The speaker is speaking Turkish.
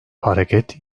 hareket